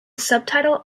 subtitle